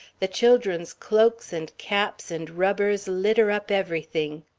the children's cloaks and caps and rubbers litter up everything.